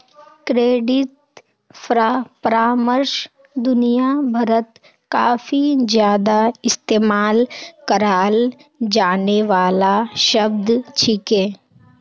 credit परामर्श दुनिया भरत काफी ज्यादा इस्तेमाल कराल जाने वाला शब्द छिके